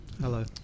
Hello